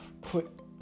put